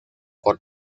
por